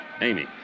Amy